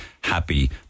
happy